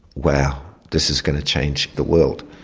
wow, this is going to change the world.